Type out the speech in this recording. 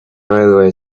railway